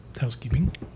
housekeeping